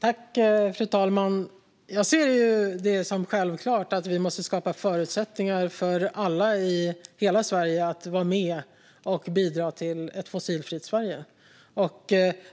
Fru talman! Jag ser det som självklart att vi måste skapa förutsättningar för alla i hela Sverige att vara med och bidra till ett fossilfritt Sverige.